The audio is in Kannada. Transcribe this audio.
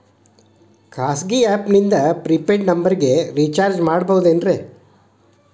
ಖಾಸಗಿ ಆ್ಯಪ್ ನಿಂದ ಫ್ರೇ ಪೇಯ್ಡ್ ನಂಬರಿಗ ರೇಚಾರ್ಜ್ ಮಾಡಬಹುದೇನ್ರಿ?